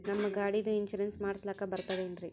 ನಮ್ಮ ಗಾಡಿದು ಇನ್ಸೂರೆನ್ಸ್ ಮಾಡಸ್ಲಾಕ ಬರ್ತದೇನ್ರಿ?